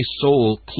soul